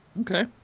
Okay